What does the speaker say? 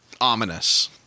ominous